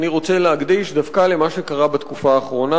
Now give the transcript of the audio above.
אני רוצה להקדיש דווקא למה שקרה בתקופה האחרונה,